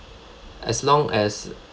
as long as